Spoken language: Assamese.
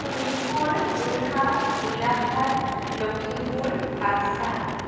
শোণিতপুৰ যোৰহাট গোলাঘাট লখিমপুৰ বাক্সা